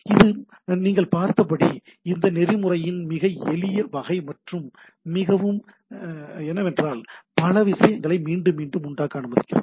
இது மற்றும் நீங்கள் பார்த்தபடி இது நெறிமுறையின் மிக எளிய வகை அல்லது மிகவும் என்னவென்றால் இது பல விஷயங்களை மீண்டும் மீண்டும் உண்டாக்க அனுமதிக்கிறது